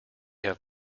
have